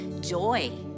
joy